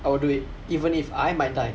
I will do it even if I might die